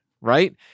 right